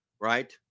right